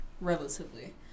relatively